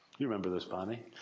you remember this, bonnie?